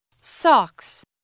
socks